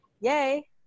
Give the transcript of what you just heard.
yay